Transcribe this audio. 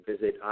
Visit